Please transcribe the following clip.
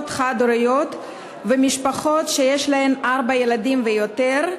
חד-הוריות ומשפחות שיש להן ארבעה ילדים ויותר,